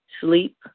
sleep